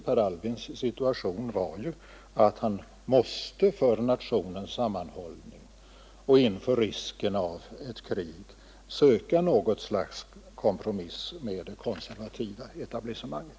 Per Albins situation var att han måste, för nationens sammanhållning och inför risken av ett krig, söka något slags kompromiss med det konservativa etablissemanget.